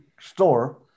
store